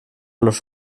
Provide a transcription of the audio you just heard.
los